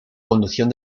conducción